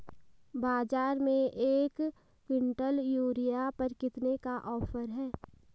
बाज़ार में एक किवंटल यूरिया पर कितने का ऑफ़र है?